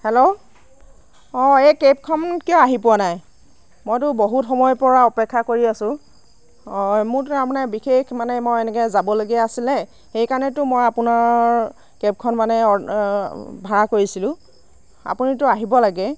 hello অঁ এই কেবখন কিয় আহি পোৱা নাই মইতো বহুত সময়ৰ পৰা অপেক্ষা কৰি আছোঁ হয় মোৰ তাৰমানে বিশেষ মানে মই এনেকে যাবলগীয়া আছিলে সেইকাৰণেতো মই আপোনাৰ কেবখন মানে ভাড়া কৰিছিলোঁ আপুনিতো আহিব লাগে